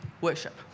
Worship